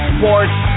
Sports